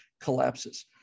collapses